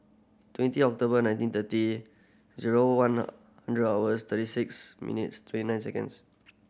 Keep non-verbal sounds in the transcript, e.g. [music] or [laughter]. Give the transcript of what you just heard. twenty October nineteen thirty zero one [hesitation] hundred hours thirty six minutes twenty nine seconds